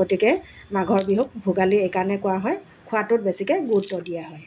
গতিকে মাঘৰ বিহুক ভোগালী এইকাৰণেই কোৱা হয় খোৱাটোত বেছিকৈ গুৰুত্ব দিয়া হয়